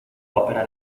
opera